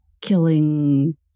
killing